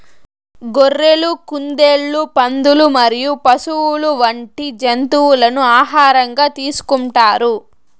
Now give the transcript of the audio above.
గొర్రెలు, కుందేళ్లు, పందులు మరియు పశువులు వంటి జంతువులను ఆహారంగా తీసుకుంటారు